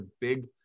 big